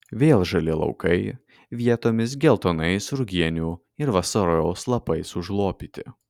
vėl žali laukai vietomis geltonais rugienų ir vasarojaus lopais užlopyti